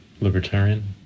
libertarian